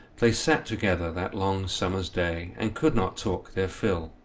they sat together that long summer's day, and could not talk their fill.